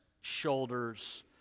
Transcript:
shoulders